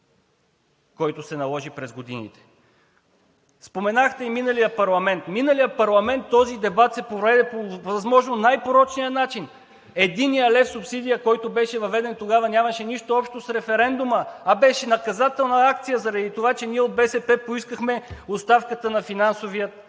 който се наложи през годините. Споменахте и миналия парламент. В миналия парламент този дебат се проведе по възможно най-порочния начин. Единият лев субсидия, който беше въведен тогава, нямаше нищо общо с референдума, а беше наказателна акция заради това, че ние от БСП поискахме оставката на финансовия